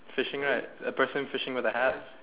fishing right a person fishing with the hat